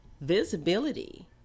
visibility